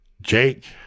Jake